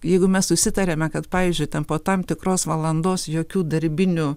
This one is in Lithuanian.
jeigu mes susitariame kad pavyzdžiui ten po tam tikros valandos jokių darbinių